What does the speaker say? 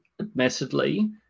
admittedly